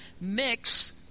mix